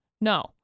No